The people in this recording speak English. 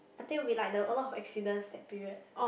that'll be like the a lot of accidents that period